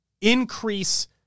increase